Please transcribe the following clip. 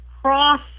cross